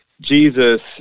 Jesus